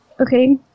Okay